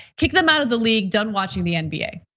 kick them out of the league. done watching the nba.